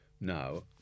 Now